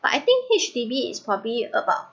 but I think H_D_B is probably about